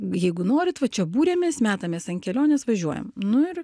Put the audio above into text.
jeigu norit va čia buriamės metamės ant kelionės važiuojam nu ir